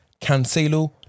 Cancelo